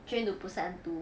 train to busan two